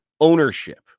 ownership